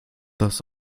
das